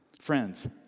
Friends